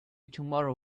tomorrow